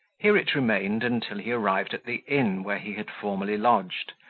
here it remained until he arrived at the inn where he had formerly lodged,